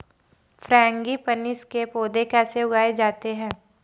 Frangipanis के पौधे कैसे उगाए जाते हैं?